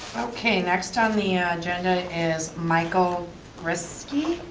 okay, next on the ah agenda is michael gryske.